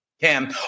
Cam